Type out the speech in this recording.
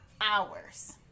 hours